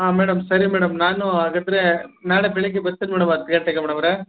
ಹಾಂ ಮೇಡಮ್ ಸರಿ ಮೇಡಮ್ ನಾನು ಹಾಗಿದ್ರೆ ನಾಳೆ ಬೆಳಿಗ್ಗೆ ಬರ್ತಿನಿ ಮೇಡಮ್ ಹತ್ತು ಗಂಟೆಗೆ ಮೇಡಮವ್ರೆ